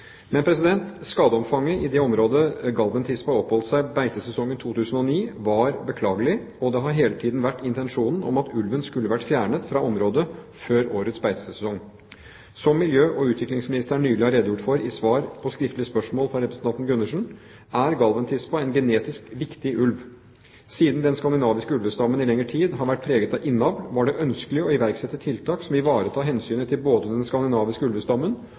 Skadeomfanget i det området der Galven-tispa oppholdt seg i beitesesongen 2009, var beklagelig, og det har hele tiden vært intensjonen at ulven skulle vært fjernet fra området før årets beitesesong. Som miljø- og utviklingsministeren nylig har redegjort for i svar på skriftlig spørsmål fra representanten Gundersen, er Galven-tispa en genetisk viktig ulv. Siden den skandinaviske ulvestammen i lengre tid har vært preget av innavl, var det ønskelig å iverksette tiltak som ivaretar hensynet til både den skandinaviske ulvestammen